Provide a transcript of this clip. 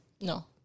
No